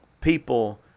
people